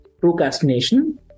procrastination